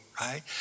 right